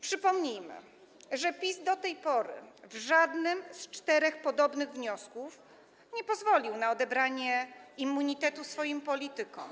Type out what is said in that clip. Przypomnijmy, że PiS do tej pory, przy żadnym z czterech podobnych wniosków, nie pozwolił na odebranie immunitetu swoim politykom.